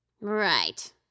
Right